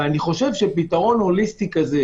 אני חושב שצריך פתרון הוליסטי כזה,